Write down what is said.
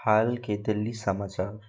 हाल के दिल्ली समाचार